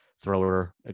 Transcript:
thrower